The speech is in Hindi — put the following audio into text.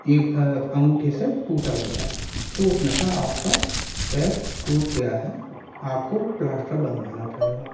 एक अंगूठे से टूटा हुआ है तो उस ने कहा आप का पैर टूट गया है आप को प्लाश्टर बंधवाना पड़ेगा